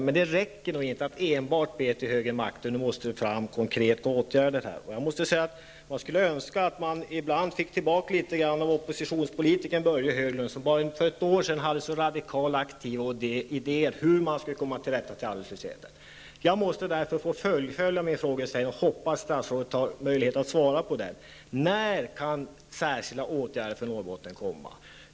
Men det räcker inte att enbart be till högre makter, utan det måste tas fram konkreta åtgärder. Jag skulle önska att vi fick tillbaka litet av oppositionspolitikern Börje Hörnlund, som för bara ett år sedan hade så radikala och aktiva idéer om hur man skulle komma till rätta med arbetslösheten. Jag måste därför få fullfölja min frågeställning, och jag hoppas att statsrådet har möjlighet att svara. När kan särskilda åtgärder för Norrbotten komma?